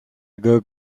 good